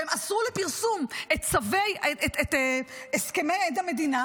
והם אסרו לפרסום את הסכמי עד המדינה.